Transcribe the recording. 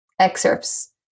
excerpts